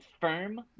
firm